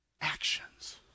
Actions